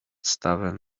stawem